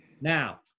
Now